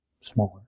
smaller